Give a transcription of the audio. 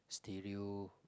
stereo